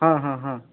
ହଁ ହଁ ହଁ